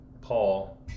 Paul